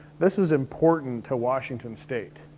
this is important to washington state,